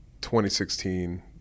2016